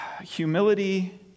humility